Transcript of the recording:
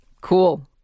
Cool